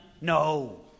No